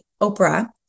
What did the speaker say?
Oprah